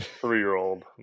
three-year-old